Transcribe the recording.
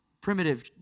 primitive